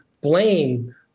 blame